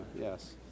yes